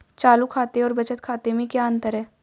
चालू खाते और बचत खाते में क्या अंतर है?